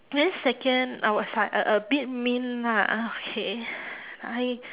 then second I was like a a bit mean lah uh okay I